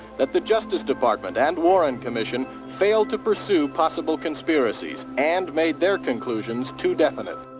that the justice department and warren commission. failed to pursue possible conspiracies. and made their conclusions too definite.